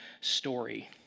story